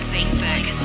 Facebook